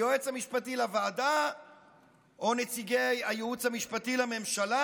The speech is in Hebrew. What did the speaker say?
היועץ המשפטי לוועדה או נציגי הייעוץ המשפטי לממשלה.